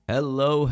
Hello